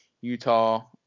Utah